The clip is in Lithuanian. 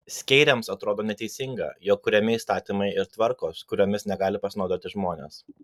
skeiriams atrodo neteisinga jog kuriami įstatymai ir tvarkos kuriomis negali pasinaudoti žmonės